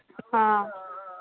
हाँ